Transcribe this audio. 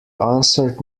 answered